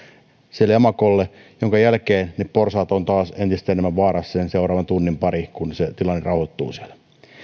sille emakolle minkä jälkeen ne porsaat ovat taas entistä enemmän vaarassa sen seuraavan tunnin pari kunnes se tilanne rauhoittuu siellä